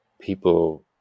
people